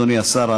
אדוני השר,